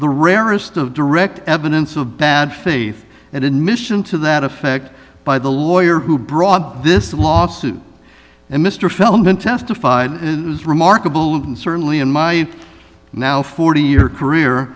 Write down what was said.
the rarest of direct evidence of bad faith and admission to that effect by the lawyer who brought this lawsuit and mr feldman testified it is remarkable and certainly in my now forty year career